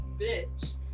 bitch